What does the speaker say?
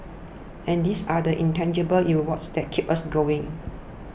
and these are the intangible rewards that keep us going